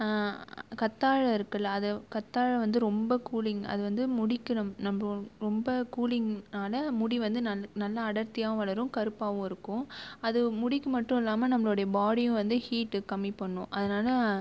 கத்தாழை இருக்குல்ல அது கத்தாழை வந்து ரொம்ப கூலிங் அது வந்து முடிக்கு நம்ம நம்ம ரொம்ப கூலிங்குனால முடி வந்து நல்லா நல்லா அடர்த்தியாகவும் வளரும் கருப்பாகவும் இருக்கும் அது முடிக்கு மட்டும் இல்லாமல் நம்மளுடைய பாடியும் வந்து ஹீட் கம்மி பண்ணும் அதனால